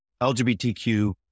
LGBTQ